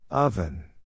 Oven